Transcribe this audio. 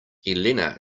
elena